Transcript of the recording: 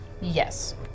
Yes